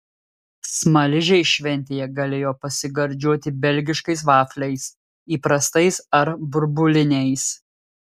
smaližiai šventėje galėjo pasigardžiuoti belgiškais vafliais įprastais ar burbuliniais